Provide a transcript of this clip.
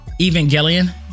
Evangelion